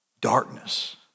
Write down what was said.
Darkness